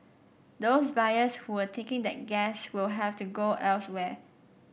those buyers who were taking that gas will have to go elsewhere